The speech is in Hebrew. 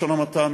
בלשון המעטה,